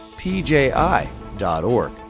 pji.org